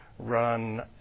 run